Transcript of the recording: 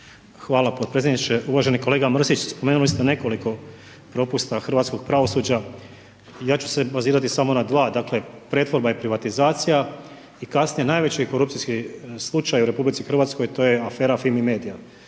Hvala potpredsjedniče. Uvaženi kolega Mrsić, spomenuli ste nekoliko propusta hrvatskog pravosuđa, ja ću se bazirati samo na 2, dakle, pretvorba i privatizacija i kasnije najveći korupcijski slučaj u RH, to je FIMA MEDIJA.